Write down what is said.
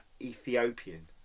Ethiopian